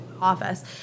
office